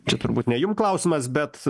čia turbūt ne jum klausimas bet